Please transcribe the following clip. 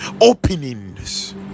openings